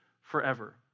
forever